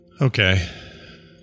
Okay